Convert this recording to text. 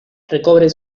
recobren